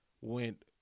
went